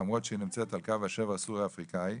למרות שהיא נמצאת על קו השבר הסורי אפריקאי,